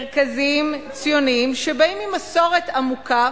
מרכזיים, ציוניים, שבאים ממסורת עמוקה